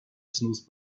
snooze